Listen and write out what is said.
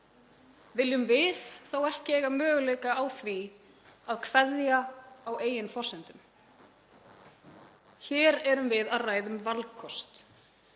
Viljum við þá ekki eiga möguleika á því að kveðja á eigin forsendum? Hér erum við að ræða um valkost.